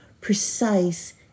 precise